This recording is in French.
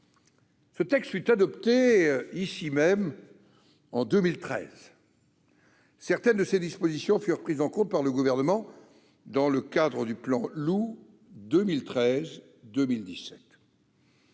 Ce texte fut adopté ici même en 2013, et certaines de ses dispositions furent prises en compte par le Gouvernement dans le cadre du plan Loup 2013-2017.